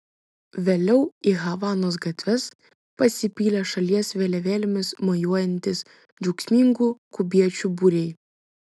vėliau į havanos gatves pasipylė šalies vėliavėlėmis mojuojantys džiaugsmingų kubiečių būriai